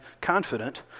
confident